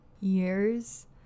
years